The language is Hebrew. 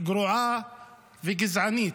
גרועה וגזענית.